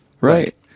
Right